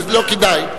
ולא כדאי.